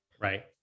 Right